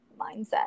mindset